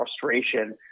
frustration